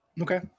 Okay